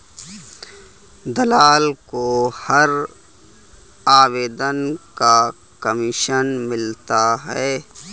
दलाल को हर आवेदन का कमीशन मिलता है